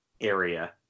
area